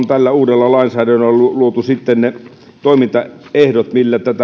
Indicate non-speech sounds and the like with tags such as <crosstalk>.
<unintelligible> tällä uudella lainsäädännöllä on nimenomaan luotu ne toimintaehdot millä